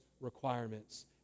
requirements